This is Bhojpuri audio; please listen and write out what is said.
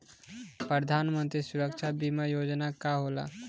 प्रधानमंत्री सुरक्षा बीमा योजना का होला?